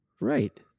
Right